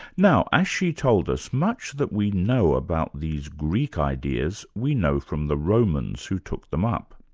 now, as she told us, much that we know about these greek ideas, we know from the romans who took them up.